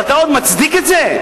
אבל אתה עוד מצדיק את זה?